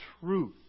truth